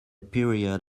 period